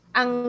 ang